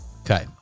Okay